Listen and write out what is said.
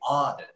odd